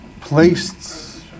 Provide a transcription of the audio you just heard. placed